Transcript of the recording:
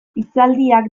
hitzaldiak